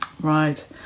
Right